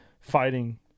fighting